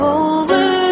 over